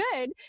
good